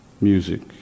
music